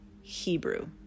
Hebrew